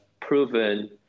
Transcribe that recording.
proven